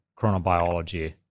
chronobiology